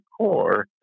core